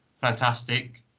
fantastic